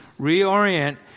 Reorient